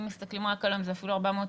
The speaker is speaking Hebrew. אם מסתכלים רק על היום זה אפילו 406,